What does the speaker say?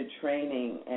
training